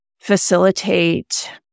facilitate